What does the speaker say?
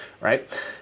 right